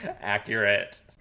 Accurate